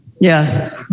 Yes